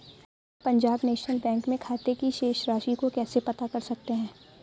Punjab National Bank में खाते की शेष राशि को कैसे पता कर सकते हैं?